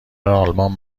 آلمان